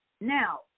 Now